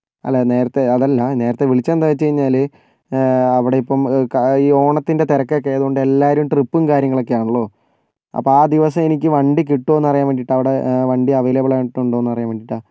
അല്ല നേരത്തേ അതല്ലാ നേരത്തേ വിളിച്ചത് എന്താണെന്ന് വെച്ച് കഴിഞ്ഞാല് അവിടെ ഇപ്പം ഈ ഓണത്തിൻറ്റെ തിരക്കൊക്കേ ആയത് കൊണ്ട് എല്ലാവരും ട്രിപ്പും കാര്യങ്ങളൊക്കേ ആണല്ലോ അപ്പോൾ ആ ദിവസം എനിക്ക് വണ്ടി കിട്ടുവോ എന്ന് അറിയാൻ വേണ്ടിയിട്ടാണ് അവിടെ വണ്ടി അവൈലബിൾ ആയിട്ടുണ്ടോ എന്ന് അറിയാൻ വേണ്ടിയിട്ടാണ്